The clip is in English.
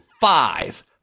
five